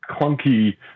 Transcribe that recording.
clunky